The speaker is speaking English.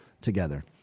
together